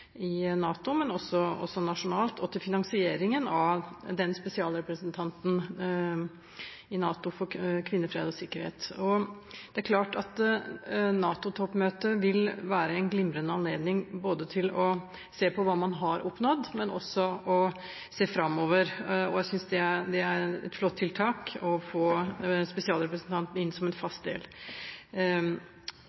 i NATO, og også nasjonalt, og til finansieringen av den spesialrepresentanten i NATO for kvinner, fred og sikkerhet. Det er klart at NATO-toppmøtet vil være en glimrende anledning til å se både på hva man har oppnådd og framover. Jeg synes det er et flott tiltak å få spesialrepresentanten inn som en